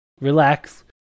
relax